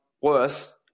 worse